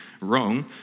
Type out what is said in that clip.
wrong